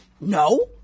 no